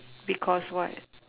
because what